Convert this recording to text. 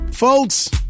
Folks